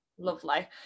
lovely